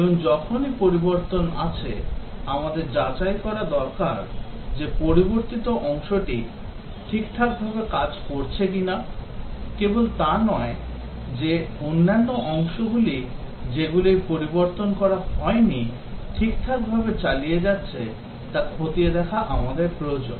এবং যখনই পরিবর্তন আছে আমাদের যাচাই করা দরকার যে পরিবর্তিত অংশটি ঠিকঠাকভাবে কাজ করছে কিনা কেবল তা নয় যে অন্যান্য অংশগুলি যেগুলির পরিবর্তন করা হয়নি ঠিকঠাকভাবে চালিয়ে যাচ্ছে তা খতিয়ে দেখা আমাদের প্রয়োজন